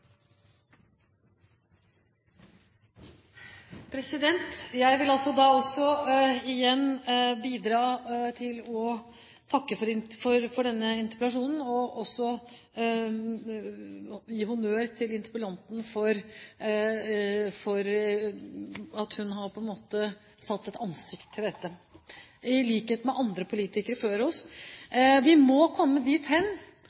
Jeg vil også takke for denne interpellasjonen, og gi honnør til interpellanten for at hun har gitt dette et ansikt, i likhet med andre politikere før oss. Vi må komme dit hen